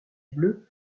bleus